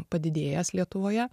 padidėjęs lietuvoje